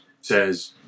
says